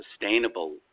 sustainable